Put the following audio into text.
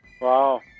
Wow